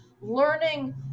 learning